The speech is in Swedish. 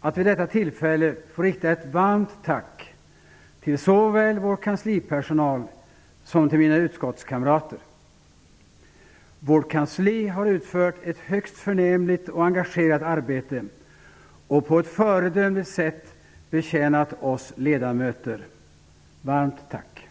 att vid detta tillfälle få rikta ett varmt tack till såväl vår kanslipersonal som mina utskottskamrater. Vårt kansli har utfört ett högst förnämligt och engagerat arbete och på ett föredömligt sätt betjänat oss ledamöter. Ni skall ha ett varmt tack.